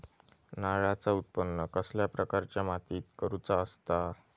नारळाचा उत्त्पन कसल्या प्रकारच्या मातीत करूचा असता?